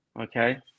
Okay